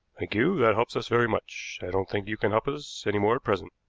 thank you that helps us very much. i don't think you can help us any more at present.